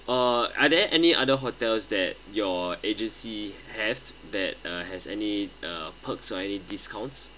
uh are there any other hotels that your agency have that uh has any uh perks or any discounts